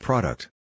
Product